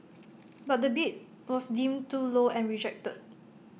but the bid was deemed too low and rejected